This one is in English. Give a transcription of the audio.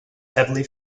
heavily